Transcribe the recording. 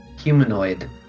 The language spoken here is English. humanoid